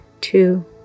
two